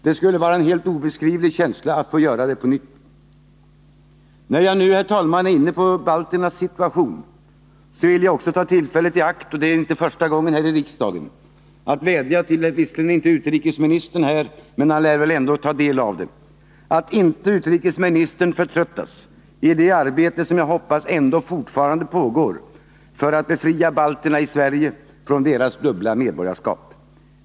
Det skulle vara en helt obeskrivlig känsla att få göra det på nytt. När jag nu, herr talman, är inne på balternas situation vill jag också ta tillfället i akt, och det är inte första gången här i riksdagen, att vädja till utrikesministern — han är visserligen inte inne i kammaren, men han kommer väl ändå att ta del av inlägget — att inte förtröttas i det arbete som jag hoppas ändå fortfarande pågår för att befria balterna i Sverige från deras dubbla medborgarskap.